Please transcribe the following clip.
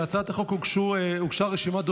להצעת החוק הוגשה רשימת דוברים.